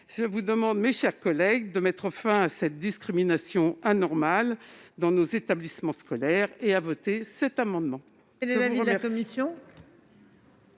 je vous demande, mes chers collègues, de mettre fin à cette discrimination anormale dans nos établissements scolaires, en votant cet amendement.